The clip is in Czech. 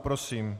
Prosím.